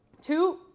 two